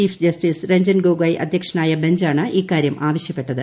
chief justice Ranjan Gogoi അധ്യക്ഷനായ ബഞ്ചാണ് ഇക്കാര്യം ആവശ്യപ്പെട്ടത്